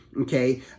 okay